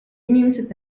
inimesed